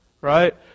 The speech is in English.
Right